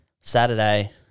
Saturday